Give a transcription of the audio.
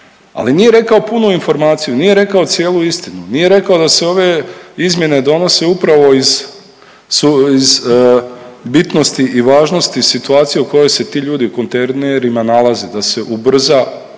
Ali nije rekao punu informaciju, nije rekao cijelu istinu, nije rekao da se ove izmjene donose upravo iz bitnosti i važnosti situacije u kojoj se ti ljudi u kontejnerima nalaze, da se ubrza učinkovitost